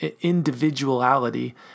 individuality